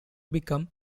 become